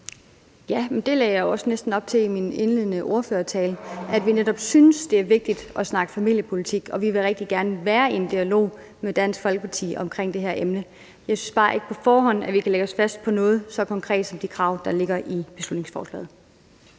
Ja, men det lagde jeg jo næsten også op til i min indledende ordførertale, altså at vi netop synes, det er vigtigt at snakke familiepolitik. Og vi vil rigtig gerne være i en dialog med Dansk Folkeparti omkring det her emne. Jeg synes bare ikke, at vi på forhånd kan lægge os fast på noget så konkret som de krav, der ligger i beslutningsforslaget.